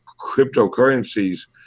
cryptocurrencies